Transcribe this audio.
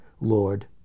Lord